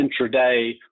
intraday